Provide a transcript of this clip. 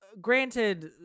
granted